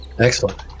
Excellent